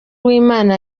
uwimana